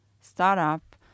startup